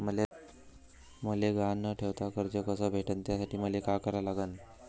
मले गहान न ठेवता कर्ज कस भेटन त्यासाठी मले का करा लागन?